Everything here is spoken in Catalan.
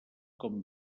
com